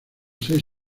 seis